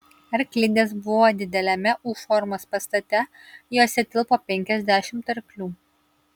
arklidės buvo dideliame u formos pastate jose tilpo penkiasdešimt arklių